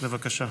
בבקשה.